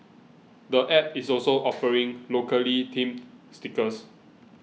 the app is also offering locally themed stickers